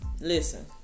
listen